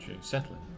settling